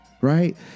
right